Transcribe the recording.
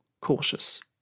cautious